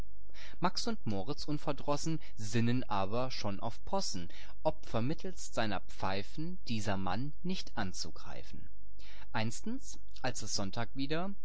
max und moritz unverdrossen sinnen aber schon auf possen ob vermittelst seiner pfeifen dieser mann nicht anzugreifen einstens als es sonntag wieder